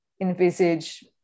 envisage